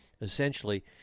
essentially